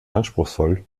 anspruchsvoll